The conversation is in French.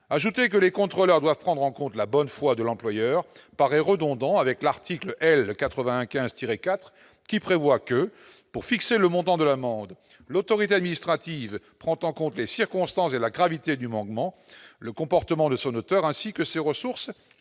ajouté que les contrôleurs doivent prendre en compte la bonne foi de l'employeur paraît redondant avec l'article L 95 IV qui prévoit que pour fixer le montant de l'amende, l'autorité administrative prend en compte des circonstances et la gravité du manquement le comportement de son auteur, ainsi que ses ressources